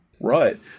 Right